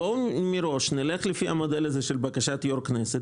בואו מראש נלך לפי המודל הזה של בקשת יושב ראש הכנסת,